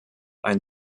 ein